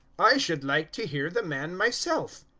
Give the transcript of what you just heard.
i should like to hear the man myself,